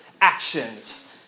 actions